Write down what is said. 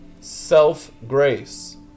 self-grace